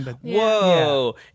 Whoa